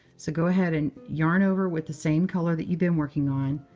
so go ahead and yarn over with the same color that you've been working on,